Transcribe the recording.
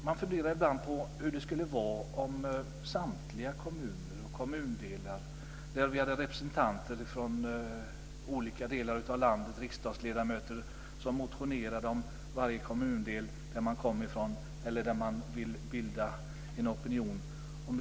Man funderar ibland på hur det skulle vara om riksdagsledamöter från olika delar av landet skulle motionera om den kommundel som de kommer från eller där de vill bilda en opinion.